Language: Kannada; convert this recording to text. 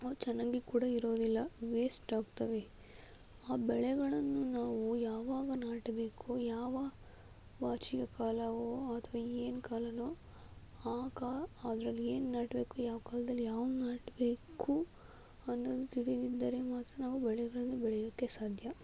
ಅವು ಚೆನ್ನಾಗಿ ಕೂಡ ಇರುವುದಿಲ್ಲ ವೇಸ್ಟ್ ಆಗ್ತವೆ ಆ ಬೆಳೆಗಳನ್ನು ನಾವು ಯಾವಾಗ ನಾಟಬೇಕು ಯಾವ ವಾಚಿಯ ಕಾಲವೋ ಅಥ್ವಾ ಏನು ಕಾಲವೋ ಆಗ ಅದರಲ್ಲಿ ಏನು ನಾಟಬೇಕು ಯಾವ ಕಾಲದಲ್ಲಿ ಯಾವ ನಾಟಬೇಕು ಅನ್ನೋದು ತಿಳಿದಿದ್ದರೆ ಮಾತ್ರ ನಾವು ಬೆಳೆಗಳನ್ನು ಬೆಳೆಯೋಕೆ ಸಾಧ್ಯ